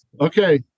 Okay